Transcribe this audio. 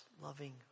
loving